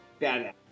Badass